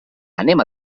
anem